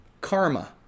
Karma